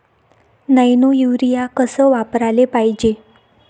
Nano urea कस वापराले पायजे?